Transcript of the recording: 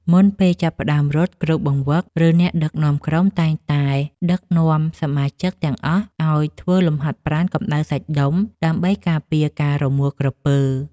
មុនពេលចាប់ផ្ដើមរត់ គ្រូបង្វឹក ឬអ្នកដឹកនាំក្រុមតែងតែដឹកនាំសមាជិកទាំងអស់ឱ្យធ្វើលំហាត់ប្រាណកម្តៅសាច់ដុំ ដើម្បីការពារការរមួលក្រពើ។